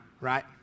right